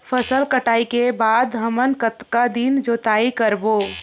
फसल कटाई के बाद हमन कतका दिन जोताई करबो?